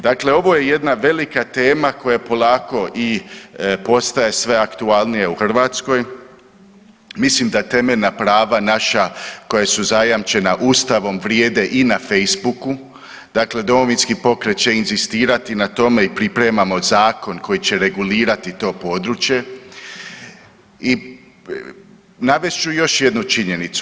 Dakle ovo je jedna velika tema koja polako i postaje sve aktualnija u Hrvatskoj, mislim da temeljna prava naša koja su zajamčena Ustavom vrijede i na Facebooku, dakle Domovinski pokret će inzistirati na tome i pripremamo zakon koji će regulirati to područje i navest ću još jednu činjenicu.